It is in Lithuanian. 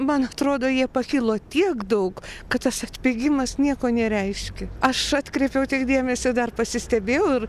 man atrodo jie pakilo tiek daug kad tas atpigimas nieko nereiškia aš atkreipiau tik dėmesį dar pasistebėjau ir